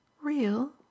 Real